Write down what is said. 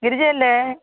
ഗിരിജയല്ലേ